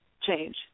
change